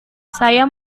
saya